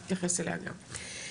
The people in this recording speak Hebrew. נתייחס אליה גם,